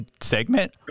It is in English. segment